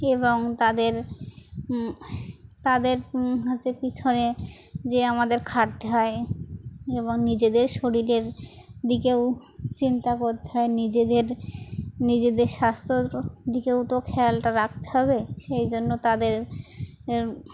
এবং তাদের তাদের হচ্ছে পিছনে যে আমাদের খাটতে হয় এবং নিজেদের শরীরের দিকেও চিন্তা করতে হয় নিজেদের নিজেদের স্বাস্থ্যর দিকেও তো খেয়ালটা রাখতে হবে সেই জন্য তাদের